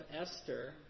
Esther